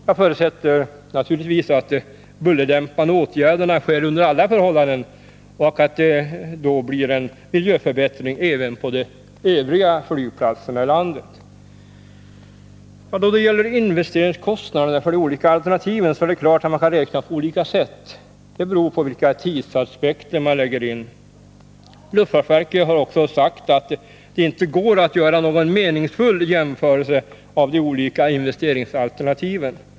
Jag förutsätter naturligtvis att de bullerdämpande åtgärderna vidtas under alla förhållanden och att det då blir en miljöförbättring även på de övriga flygplatserna i landet. Då det gäller investeringskostnaderna för de olika alternativen är det klart att man kan räkna på olika sätt; det beror på vilka tidsaspekter man lägger in. Luftfartsverket har också sagt att det inte går att göra någon meningsfull jämförelse mellan de olika investeringsalternativen.